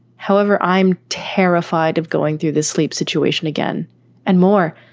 however, i'm terrified of going through this sleep situation again and more.